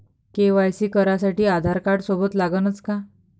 KYC करासाठी आधारकार्ड सोबत लागनच का?